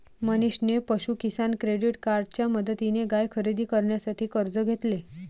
मनीषने पशु किसान क्रेडिट कार्डच्या मदतीने गाय खरेदी करण्यासाठी कर्ज घेतले